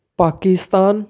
Pakistan